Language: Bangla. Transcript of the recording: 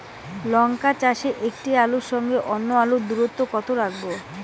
লঙ্কা চাষে একটি আলুর সঙ্গে অন্য আলুর দূরত্ব কত রাখবো?